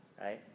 Right